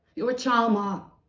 you're a charmer.